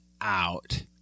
out